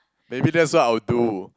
maybe that's what I'll do